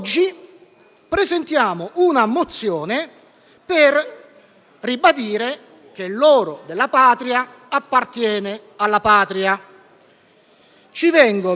presentiamo una mozione per ribadire che l'oro della Patria appartiene alla Patria. Ci vengono